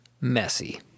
messy